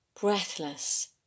breathless